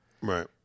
Right